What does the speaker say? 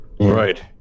Right